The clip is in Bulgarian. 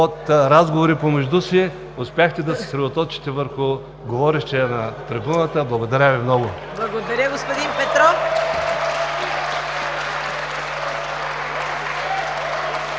от разговори помежду си успяхте да се съсредоточите върху говорещия на трибуната. Благодаря Ви много. (Бурни ръкопляскания.